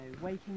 waking